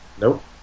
nope